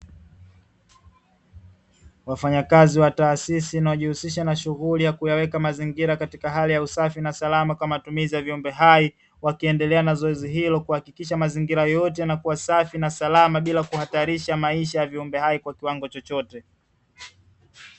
Wafanyakazi wa taasisi inayojihusisha na shughuli ya kuyaweka mazingira katika hali ya usafi na salama kwa matumizi ya viumbe hai, wakiendelea na zoezi hilo kuhakikisha mazingira yote yanakuwa safi na salama, bila kuhatarisha maisha ya viumbe hai kwa kiwango chochote.